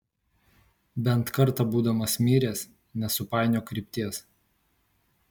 bent kartą būdamas miręs nesupainiok krypties